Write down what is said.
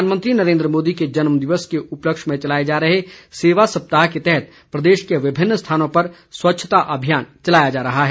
प्रधानमंत्री नरेन्द्र मोदी के जन्म दिवस के उपलक्ष्य में चलाए जा रहे सेवा सप्ताह के तहत प्रदेश के विभिन्न स्थानों पर स्वच्छता अभियान चलाया जा रहा है